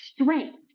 strength